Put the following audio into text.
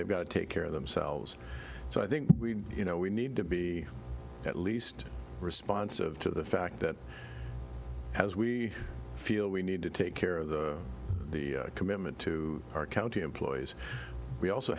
they've got to take care of themselves so i think we you know we need to be at least responsive to the fact that as we feel we need to take care of the commitment to our county employees we also